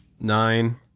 Nine